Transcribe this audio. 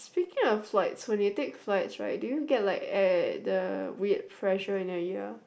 speaking of flights when you get flights right do you get like air the weird fresher in the year